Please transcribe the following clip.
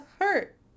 hurt